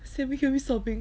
hear me sobbing